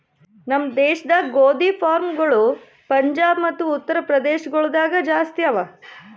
ನಮ್ ದೇಶದಾಗ್ ಗೋದಿ ಫಾರ್ಮ್ಗೊಳ್ ಪಂಜಾಬ್ ಮತ್ತ ಉತ್ತರ್ ಪ್ರದೇಶ ಗೊಳ್ದಾಗ್ ಜಾಸ್ತಿ ಅವಾ